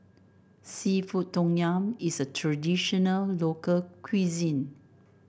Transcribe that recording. seafood Tom Yum is a traditional local cuisine